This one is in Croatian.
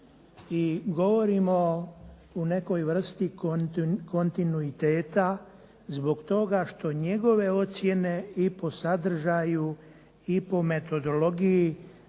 i govorimo u nekoj vrsti kontinuiteta zbog toga što njegove ocjene i po sadržaju i po metodologiji,